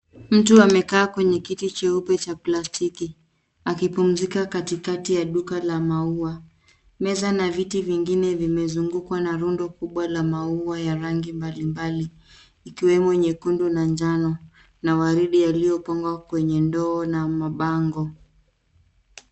Myu amekaa kwenye kiti cheupe cha plastiki akipumzika katikati ya duka ya maua. Meza na viti vingine vimezungukwa na rundo kubwa la maua ya rangi mbalimbali ikiwemo nyekundu na njano na waridi yaliyofungwa kwenye ndoo na mabango.